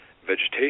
vegetation